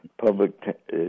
public